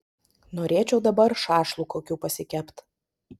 norėčiau dabar šašlų kokių pasikept